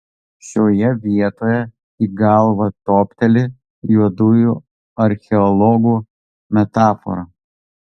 šioje vietoje į galvą topteli juodųjų archeologų metafora